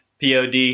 pod